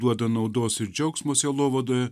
duoda naudos ir džiaugsmo sielovadoje